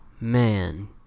man